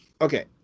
Okay